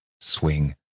swing